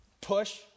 push